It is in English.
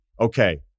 Okay